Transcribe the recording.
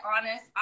honest